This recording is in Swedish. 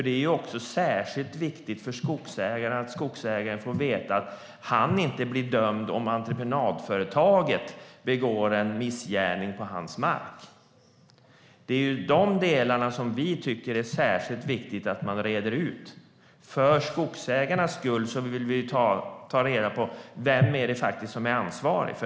Det är särskilt viktigt för skogsägaren att skogsägaren får veta att han inte blir dömd om entreprenadföretaget begår en missgärning på hans mark. Det är de delarna som vi tycker är särskilt viktigt att reda ut. För skogsägarnas skull vill vi ta reda på vem som faktiskt är ansvarig.